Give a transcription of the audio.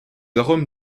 arômes